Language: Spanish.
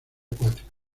acuático